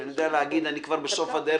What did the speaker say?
שאני יודע לומר: אני כבר בסוף הדרך,